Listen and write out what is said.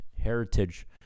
heritage